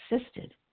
assisted